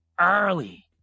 early